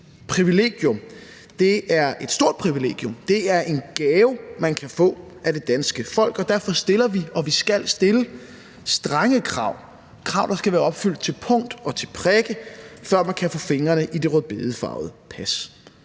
et stort privilegium, det er en gave, man kan få af det danske folk, og derfor stiller vi og skal vi stille strenge krav; krav, der skal være opfyldt til punkt og prikke, før man kan få fingrene i det rødbedefarvede pas.